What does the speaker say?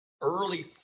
early